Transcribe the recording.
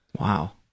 Wow